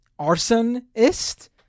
arsonist